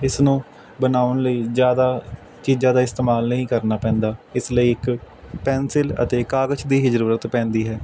ਇਸ ਨੂੰ ਬਣਾਉਣ ਲਈ ਜ਼ਿਆਦਾ ਚੀਜ਼ਾਂ ਦਾ ਇਸਤੇਮਾਲ ਨਹੀਂ ਕਰਨਾ ਪੈਂਦਾ ਇਸ ਲਈ ਇੱਕ ਪੈਨਸਿਲ ਅਤੇ ਕਾਗਜ਼ ਦੀ ਹੀ ਜ਼ਰੂਰਤ ਪੈਂਦੀ ਹੈ